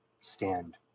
stand